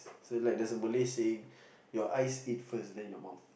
so like there's a Malay saying your eyes eat first then your mouth